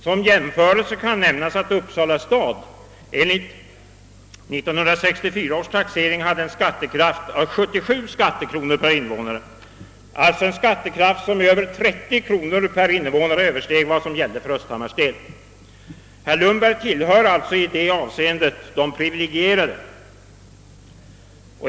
Som jämförelse kan nämnas att Uppsala enligt 1964 års taxering hade en skattekraft av 77 skattekronor per invånare, alltså en skattekraft som med mer än 30 kronor per invånare översteg vad som gällde för Östhammars del. Herr Lundberg tillhör alltså i detta avseende de privilegierade.